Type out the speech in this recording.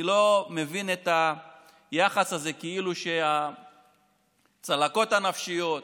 אני לא מבין את היחס הזה כאילו הצלקות הנפשיות,